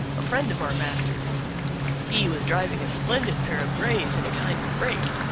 a friend of our master's he was driving a splendid pair of grays in a kind of break.